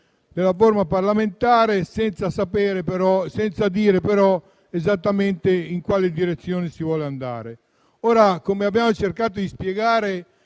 della forma parlamentare, però senza dire esattamente in quale direzione si vuole andare. Abbiamo cercato di spiegare